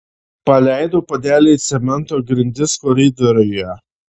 paleidau puodelį į cemento grindis koridoriuje